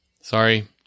Sorry